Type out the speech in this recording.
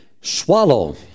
swallow